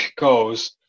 goes